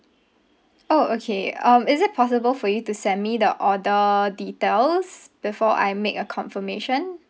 orh okay um is it possible for you to send me the order details before I make a confirmation